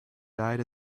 died